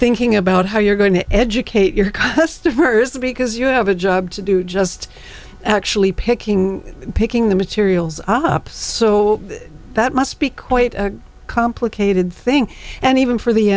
thinking about how you're going to educate your customers because you have a job to do just actually picking picking the materials up so that must be quite a complicated thing and even for the